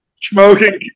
smoking